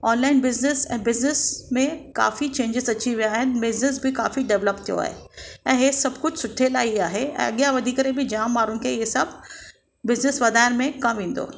online business ऐं business में काफ़ी चेंजीस अची विया आहिनि बिज़नस बि काफ़ी डेवलप थियो आहे ऐं इहो सभु कुझु सुठे लाइ ई आहे ऐं अॻियां वधी करे बि जाम माण्हुनि खे इहे सभु बिज़नस वधाइण में कमु ईंदो